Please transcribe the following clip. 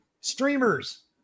Streamers